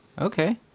Okay